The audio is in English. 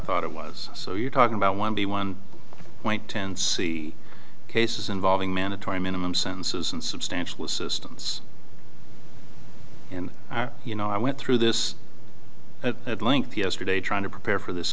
thought it was so you're talking about one b one point ten c cases involving mandatory minimum sentences and substantial assistance and you know i went through this at length yesterday trying to prepare for this